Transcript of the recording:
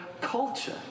culture